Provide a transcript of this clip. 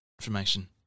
Information